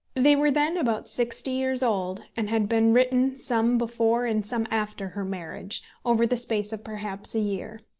they were then about sixty years old, and had been written some before and some after her marriage, over the space of perhaps a year.